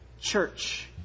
church